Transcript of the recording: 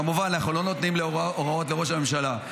כמובן אנחנו לא נותנים הוראות לראש הממשלה.